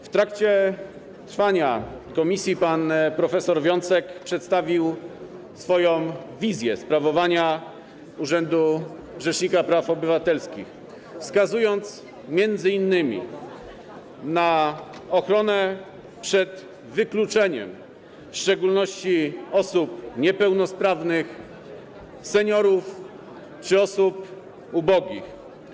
W trakcie posiedzenia komisji pan prof. Wiącek przedstawił swoją wizję sprawowania urzędu rzecznika praw obywatelskich, wskazując m.in. na ochronę przed wykluczeniem, w szczególności osób niepełnosprawnych, seniorów czy osób ubogich.